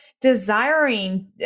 desiring